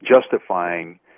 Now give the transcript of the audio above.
justifying